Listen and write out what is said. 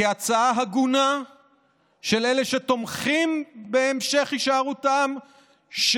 כהצעה הגונה של אלה שתומכים בהמשך הישארותן של